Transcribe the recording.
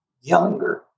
younger